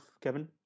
Kevin